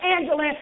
Angela